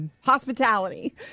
Hospitality